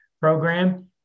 program